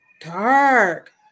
dark